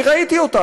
אני ראיתי אותה.